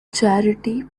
charity